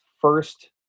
first